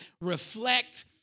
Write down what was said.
reflect